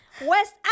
West